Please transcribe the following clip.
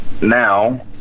now